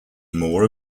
more